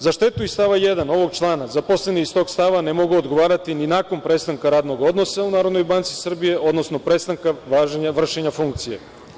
Za štetu iz stava 1. ovog člana zaposleni iz tog stava ne mogu odgovarati ni nakon prestanka radnog odnosa u NBS, odnosno prestanka važenja vršenja funkcije.